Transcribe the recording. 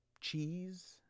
Cheese